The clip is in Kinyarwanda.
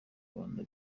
rwanda